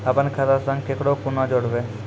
अपन खाता संग ककरो कूना जोडवै?